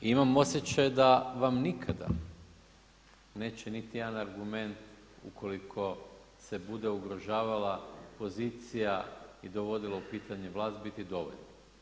Imam osjećaj da vam nikada neće niti jedan argument ukoliko se bude ugrožavala pozicija i dovodilo u pitanje vlast biti dovoljno.